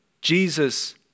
Jesus